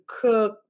cook